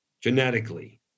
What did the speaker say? genetically